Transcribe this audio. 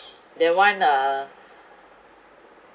that one uh